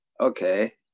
Okay